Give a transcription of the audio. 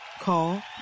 Call